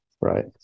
right